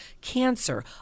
cancer